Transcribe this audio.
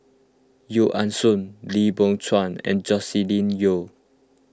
Yeo Ah Seng Lim Biow Chuan and Joscelin Yeo